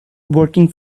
working